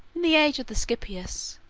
the age of the scipios,